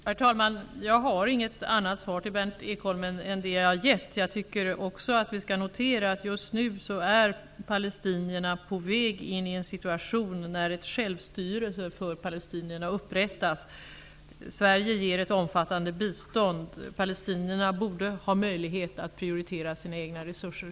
Herr talman! Jag har inget annat svar till Berndt Ekholm än det jag har gett. Vi skall också notera att palestinierna just nu är på väg in i en situation där självstyrelse upprättas för dem. Sverige ger ett omfattande bistånd. Palestinierna borde ha möjlighet att prioritera sina egna resurser.